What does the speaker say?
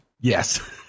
Yes